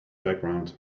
background